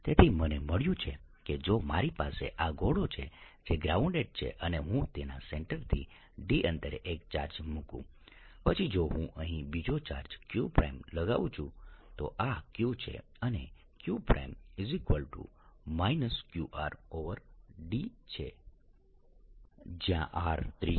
તેથી મને મળ્યું છે કે જો મારી પાસે આ ગોળો છે જે ગ્રાઉન્ડેડ છે અને હું તેના સેન્ટરથી d અંતરે એક ચાર્જ મુકું પછી જો હું અહીં બીજો ચાર્જ q લગાઉં છું તો આ q છે અને q qRd છે જયાં R ત્રિજ્યા છે